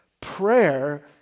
Prayer